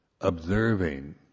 observing